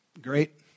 great